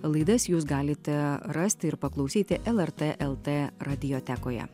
laidas jūs galite rasti ir paklausyti el te lrt radijotekoje